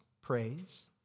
praise